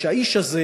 שהאיש הזה,